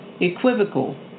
Equivocal